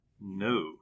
No